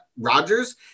Rodgers